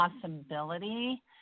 possibility